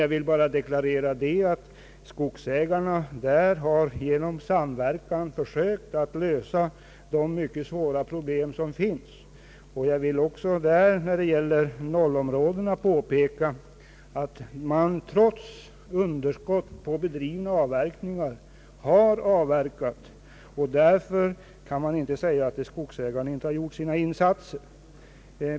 Jag vill bara deklarera att skogsägarna där genom samverkan har försökt att lösa de mycket svåra problem som finns. Vad gäller O-områdena där vill jag också påpeka att man trots underskott på bedrivna avverkningar ändå har avverkat. Därför kan vi inte säga att skogsägarna inte har gjort några insatser.